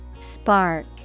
Spark